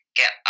get